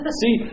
see